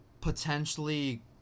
Potentially